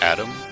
Adam